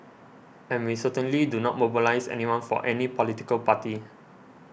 and we certainly do not mobilise anyone for any political party